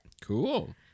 Cool